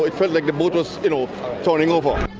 i felt like the boat was turning over.